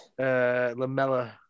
Lamella